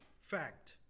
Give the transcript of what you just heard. fact